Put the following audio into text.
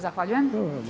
Zahvaljujem.